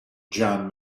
john